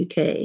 UK